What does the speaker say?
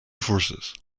forces